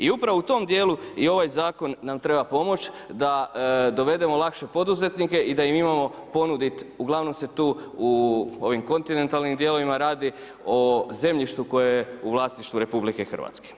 I upravo u tom dijelu i ovaj zakon nam treba pomoći da dovedemo lakše poduzetnike i da im imamo ponuditi, uglavnom se tu u ovim kontinentalnim dijelovima radi o zemljištu koje je u vlasništvu Republike Hrvatske.